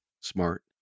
Smart